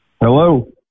Hello